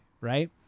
right